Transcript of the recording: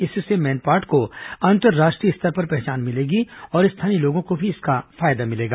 इससे मैनपाट को अंतर्राष्ट्रीय स्तर पर पहचान मिलेगी और स्थानीय लोगों को भी इसका फायदा मिलेगा